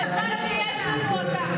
מזל שיש לנו אותה.